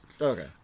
okay